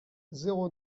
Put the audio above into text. zéro